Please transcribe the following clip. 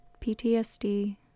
PTSD